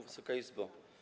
Wysoka Izbo!